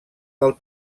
del